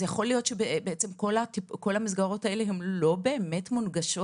אז יכול להיות שכל המסגרות האלה לא באמת מונגשות,